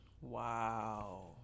Wow